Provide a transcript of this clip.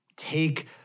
take